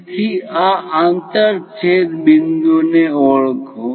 તેથી આ આંતરછેદ બિંદુઓને ઓળખો